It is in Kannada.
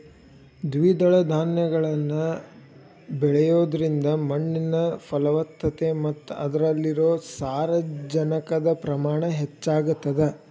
ದ್ವಿದಳ ಧಾನ್ಯಗಳನ್ನ ಬೆಳಿಯೋದ್ರಿಂದ ಮಣ್ಣಿನ ಫಲವತ್ತತೆ ಮತ್ತ ಅದ್ರಲ್ಲಿರೋ ಸಾರಜನಕದ ಪ್ರಮಾಣ ಹೆಚ್ಚಾಗತದ